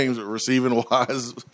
receiving-wise